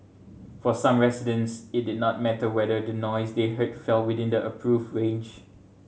for some residents it did not matter whether the noise they heard fell within the approved range